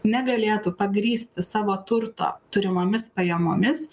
negalėtų pagrįsti savo turto turimomis pajamomis